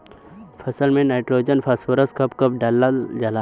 फसल में nitrogen phosphorus कब कब डालल जाला?